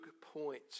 points